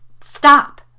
Stop